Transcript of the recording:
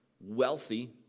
wealthy